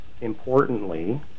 importantly